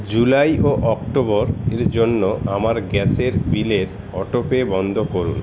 July ও October এর জন্য আমার গ্যাসের বিলের অটোপে বন্ধ করুন